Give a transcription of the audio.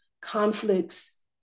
conflicts